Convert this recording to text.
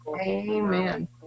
amen